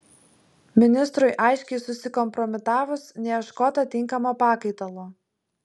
ministrui aiškiai susikompromitavus neieškota tinkamo pakaitalo